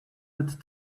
had